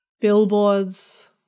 billboards